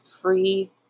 free